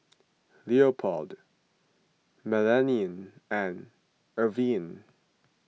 Leopold Melanie and Irvine